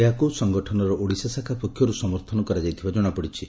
ଏହାକୁ ସଂଗଠନର ଓଡ଼ିଶା ଶାଖା ପକ୍ଷରୁ ସମର୍ଥନ କରାଯାଇଥିବା ଜଣାପଡିଛି